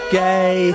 gay